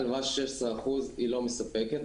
הלוואה של 16% היא לא מספקת,